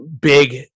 big